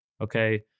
Okay